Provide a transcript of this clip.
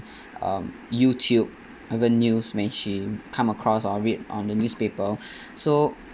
um YouTube even news when she come across or read on the newspaper so